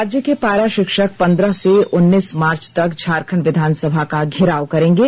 राज्य के पारा शिक्षक पंद्रह से उन्नीस मार्च तक झारखंड विधानसभा का घेराव करेंगे